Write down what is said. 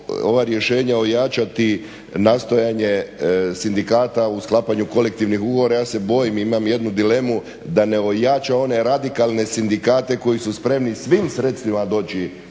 ova rješenja ojačati nastojanje sindikata u sklapanju kolektivnih ugovora, ja se bojim, imam jednu dilemu da ne ojača one radikalne sindikate koji su spremni svim sredstvima doći